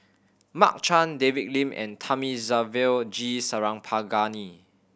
Mark Chan David Lim and Thamizhavel G Sarangapani